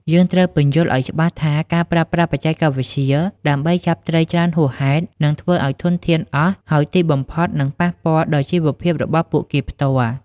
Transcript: យើងត្រូវពន្យល់ឲ្យច្បាស់ថា ការប្រើប្រាស់បច្ចេកវិទ្យាដើម្បីចាប់ត្រីច្រើនហួសហេតុ នឹងធ្វើឲ្យធនធានអស់ ហើយទីបំផុតនឹងប៉ះពាល់ដល់ជីវភាពរបស់ពួកគេផ្ទាល់។